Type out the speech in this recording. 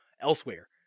elsewhere